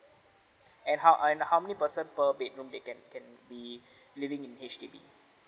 and how and how many person per bedroom they can can be living in H_D_B